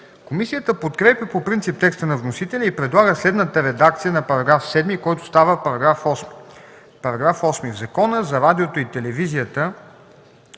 Комисията подкрепя по принцип текста на вносителя и предлага следната редакция на § 7, който става § 8: „§ 8. В Закона за радиото и телевизията